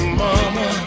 mama